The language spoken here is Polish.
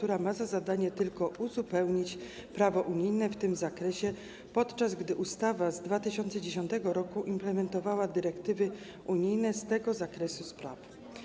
Ustawa ma za zadanie tylko uzupełnić prawo unijne w tym zakresie, podczas gdy ustawa z 2010 r. implementowała dyrektywy unijne z tego zakresu spraw.